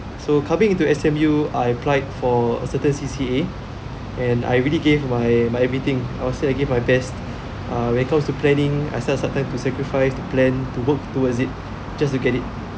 so coming into S_M_U I applied for certain C_C_A and I already gave my my everything I'll say I give my best uh when it comes to planning except sometime to sacrifice to plan to work towards it just to get it